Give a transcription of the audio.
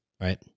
right